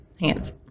hands